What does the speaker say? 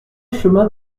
chemin